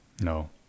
no